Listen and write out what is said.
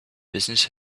business